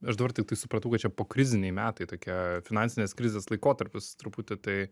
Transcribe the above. aš dabar tiktai supratau kad čia pokriziniai metai tokia finansinės krizės laikotarpis truputį tai